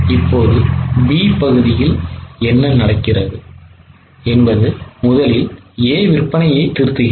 இப்போது B பகுதியில் என்ன நடக்கிறது என்பது முதலில் A விற்பனையைத் திருத்துகிறது